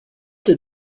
did